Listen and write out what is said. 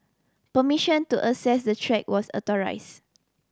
permission to access the track was authorised